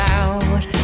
out